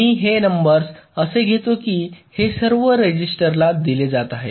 मी हे नंबर्स असे घेतो की हे सर्व रेझिस्टर ला दिले जात आहेत